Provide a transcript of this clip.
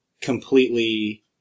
completely